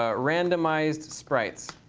ah randomized sprites